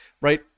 right